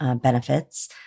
benefits